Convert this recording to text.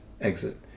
exit